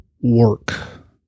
work